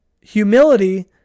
humility